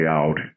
out